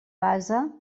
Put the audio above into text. base